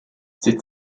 ses